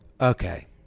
okay